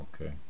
Okay